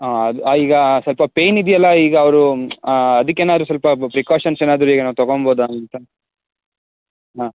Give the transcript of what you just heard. ಹಾಂ ಅದು ಈಗ ಸ್ವಲ್ಪ ಪೆಯ್ನ್ ಇದೆಯಲ್ಲ ಈಗ ಅವರು ಅದಕ್ಕೇನಾದ್ರೂ ಸ್ವಲ್ಪ ಪ್ರಿಕಾಷನ್ಸ್ ಏನಾದ್ರೂ ಈಗ ನಾವು ತೊಗೊಳ್ಬೋದ ಅಂತ ಹಾಂ